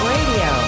Radio